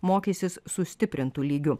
mokysis sustiprintu lygiu